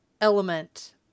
element